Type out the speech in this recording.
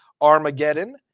Armageddon